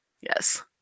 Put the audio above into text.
yes